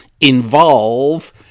involve